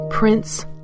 Prince